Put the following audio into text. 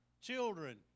children